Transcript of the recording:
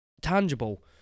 tangible